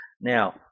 Now